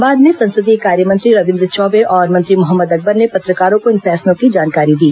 बाद में संसदीय कार्यमंत्री रविंद्र चौबे और मंत्री मोहम्मद अकबर ने पत्रकारों को इन फैसलों की जानकारी दी